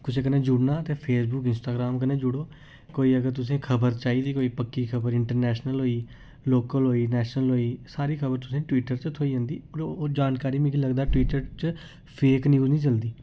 कुसै कन्नै जुड़ना ते फेसबुक इंस्टाग्रांम कन्नै जुड़ो कोई अगर तुसेंई खबर चाहिदी कोई पक्की खबर इंटरनैशनल होई गेई लोकल होई गेई नैशनल होई गेई सारी खबर तुसेंई टवीटर च थ्होई जंदी ओह् जानकारी मिगी लगदा टवीटर च फेक न्यूज नेईं चलदी